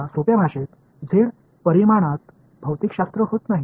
किंवा सोप्या भाषेत झेड परिमाणात भौतिकशास्त्र होत नाही